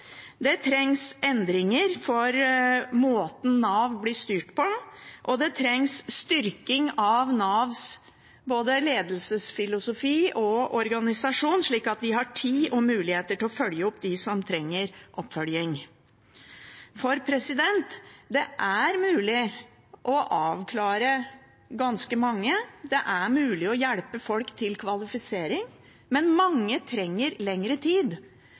Det trengs endringer av måten Nav blir styrt på. Og det trengs en styrking av både Navs ledelsesfilosofi og Navs organisasjon, slik at de har tid og mulighet til å følge opp dem som trenger oppfølging. Det er mulig å avklare ganske mange, det er mulig å hjelpe folk til kvalifisering, men mange trenger lengre tid.